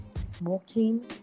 smoking